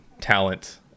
talent